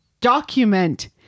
document